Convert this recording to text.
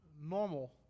normal